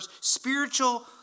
spiritual